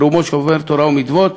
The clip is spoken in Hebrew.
רובו שומר תורה ומצוות,